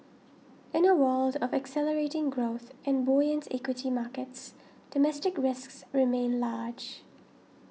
in a world of accelerating growth and buoyant equity markets domestic risks remain large